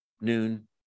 noon